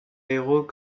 héros